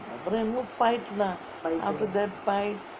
அப்ரோ என்னமோ:apro ennamo fight lah after that fight